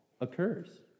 occurs